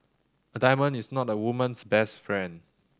a diamond is not a woman's best friend